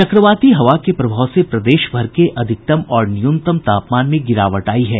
चक्रवाती हवा के प्रभाव से प्रदेशभर के अधिकतम और न्यूनतम तापमान में गिरावट आयी है